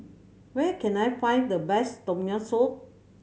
where can I find the best Tom Yam Soup